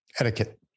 Etiquette